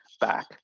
back